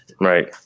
Right